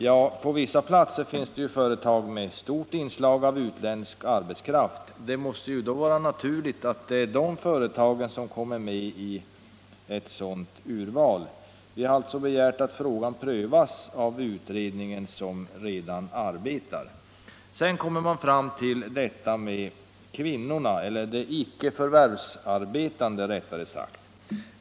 Ja, på vissa platser finns det ju företag med ett stort inslag av utländsk arbetskraft. Det måste då vara naturligt att låta de företagen komma med i ett sådant urval. Vi har alltså begärt att frågan prövas av den utredning som redan arbetar. Sedan kommer man fram till detta med de icke förvärvsarbetande kvinnorna.